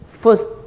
First